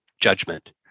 judgment